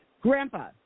Grandpa